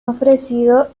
ofrecido